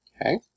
Okay